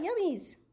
yummies